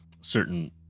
certain